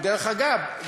דרך אגב,